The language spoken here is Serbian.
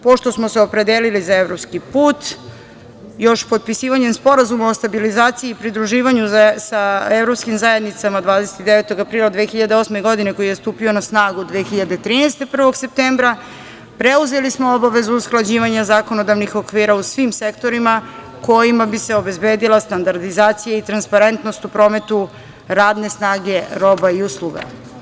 Pošto smo se opredelili za evropski put još potpisivanjem SSP-a sa evropskim zajednicama 29. aprila 2008. godine, koji je stupio na snagu 2013. godine, 1. septembra, preuzeli smo obavezu usklađivanja zakonodavnih okvira u svim sektorima kojima bi se obezbedila standardizacija i transparentnost u prometu radne snage, roba i usluga.